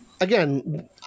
again